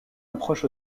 approche